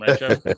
right